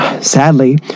sadly